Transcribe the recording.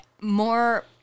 more